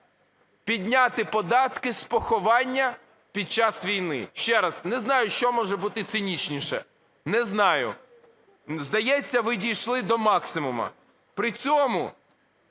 підняти податки з поховання під час війни. Ще раз, не знаю, що може бути цинічніше. Не знаю. Здається, ви дійшли до максимуму. При цьому